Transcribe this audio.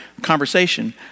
conversation